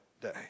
day